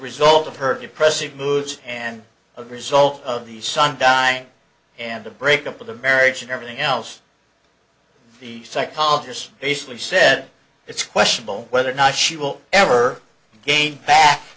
result of her depressive moods and a result of the son dying and the breakup of the marriage and everything else the psychologist basically said it's questionable whether or not she will ever gain bac